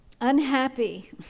unhappy